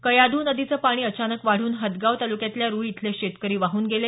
कयाधू नदीचं पाणी अचानक वाढून हदगाव तालुक्यातल्या रुई इथले शेतकरी वाहून गेले